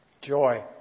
Joy